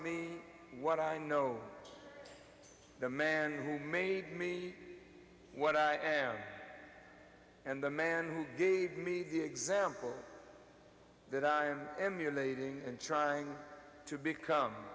me what i know the man who made me what i am and the man who gave me the example that i am emulating and trying to become